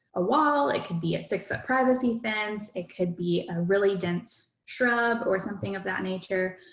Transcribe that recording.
a wall. it could be a six foot privacy fence. it could be a really dense shrub or something of that nature.